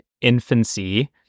infancy